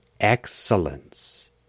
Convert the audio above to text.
excellence